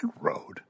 road